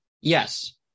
Yes